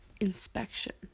inspection